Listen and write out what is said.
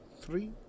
three